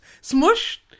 Smush